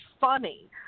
funny